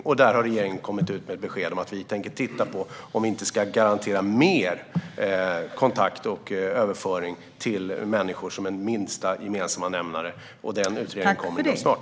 I fråga om detta har regeringen lämnat besked om att vi kommer att titta på om vi inte ska garantera mer kontakt och överföring till människor som en minsta gemensam nämnare. Denna utredning kommer snart.